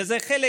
וזה חלק.